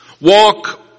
walk